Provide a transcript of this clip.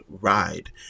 ride